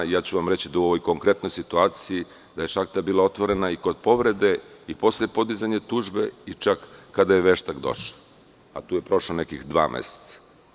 Reći ću vam da je u ovoj konkretnoj situaciji šahta bila otvorena i kod povrede, i posle podizanja tužbe i čak kada je veštak došao, a tu je prošlo nekih dva meseca.